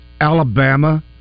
Alabama